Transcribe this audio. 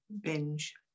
binge